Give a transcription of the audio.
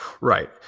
right